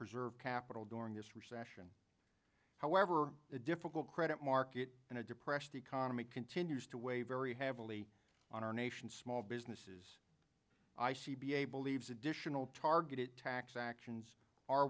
preserve capital during this recession however a difficult credit market and a depressed economy continues to weigh very heavily on our nation's small businesses i see be able eaves additional targeted tax actions are